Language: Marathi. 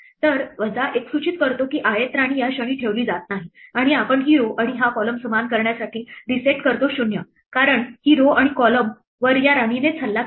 तर वजा 1 सूचित करतो की ith राणी या क्षणी ठेवली जात नाही आणि आपण ही row आणि हा column समान करण्यासाठी रीसेट करतो 0 कारण ही row आणि column वर या राणीनेच हल्ला केला आहे